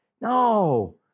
No